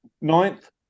Ninth